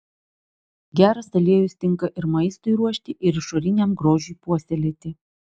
geras aliejus tinka ir maistui ruošti ir išoriniam grožiui puoselėti